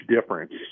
difference